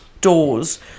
doors